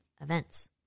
events